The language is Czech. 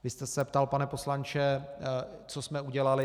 Vy jste se ptal, pane poslanče, co jsme udělali.